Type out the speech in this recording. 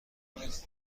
بیاد